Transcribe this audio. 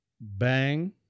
bang